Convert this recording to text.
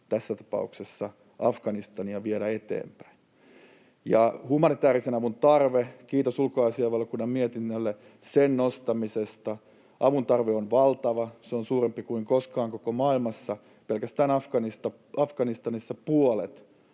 tässä tapauksessa Afganistania, viedä eteenpäin. Ja humanitäärisen avun tarve — kiitos ulkoasiainvaliokunnan mietinnölle sen nostamisesta. Avun tarve on valtava. Se on suurempi kuin koskaan koko maailmassa. Pelkästään Afganistanissa puolet